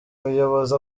muyobozi